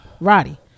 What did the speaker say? Roddy